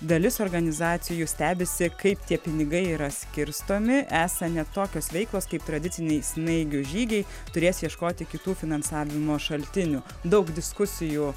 dalis organizacijų stebisi kaip tie pinigai yra skirstomi esą net tokios veiklos kaip tradiciniai snaigių žygiai turės ieškoti kitų finansavimo šaltinių daug diskusijų